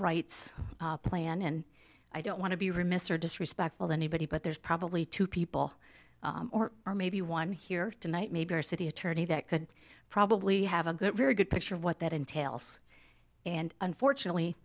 rights plan and i don't want to be remiss or disrespectful anybody but there's probably two people or maybe one here tonight maybe our city attorney that could probably have a good very good picture of what that entails and unfortunately